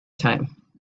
time